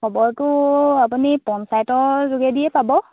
খবৰটো আপুনি পঞ্চায়তৰ যোগেদিয়ে পাব